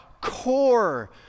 core